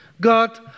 god